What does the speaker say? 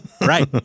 Right